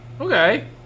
Okay